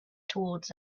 towards